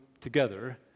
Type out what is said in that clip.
together